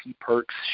perks